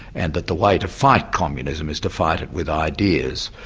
and that the way to fight communism is to fight it with ideas.